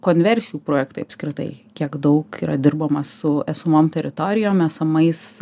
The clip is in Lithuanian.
konversijų projektai apskritai kiek daug yra dirbama su esamom teritorijom esamais